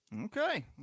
Okay